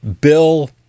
bill